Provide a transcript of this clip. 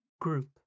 group